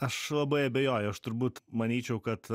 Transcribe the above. aš labai abejoju aš turbūt manyčiau kad